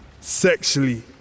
sexually